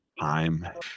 Time